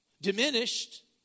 diminished